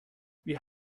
wir